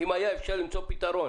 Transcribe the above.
אם היה אפשר למצוא פתרון